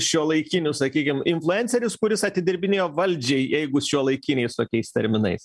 šiuolaikinių sakykim influenceris kuris atidirbinėjo valdžiai jeigu šiuolaikiniais tokiais terminais